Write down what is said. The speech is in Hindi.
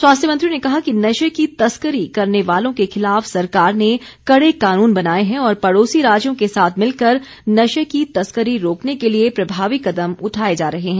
स्वास्थ्य मंत्री ने कहा कि नशे की तस्करी करने वालों के खिलाफ सरकार ने कड़े कानून बनाए हैं और पड़ोसी राज्यों के साथ मिलकर नशे की तस्करी रोकने के लिए प्रभावी कदम उठाए जा रहे हैं